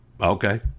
Okay